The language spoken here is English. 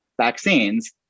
vaccines